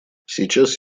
сейчас